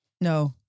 No